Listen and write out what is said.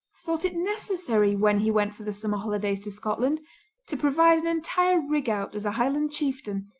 thought it necessary when he went for the summer holidays to scotland to provide an entire rig-out as a highland chieftain,